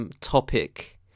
topic